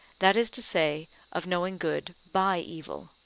that is to say of knowing good by evil.